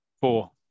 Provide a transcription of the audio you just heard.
four